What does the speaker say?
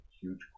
huge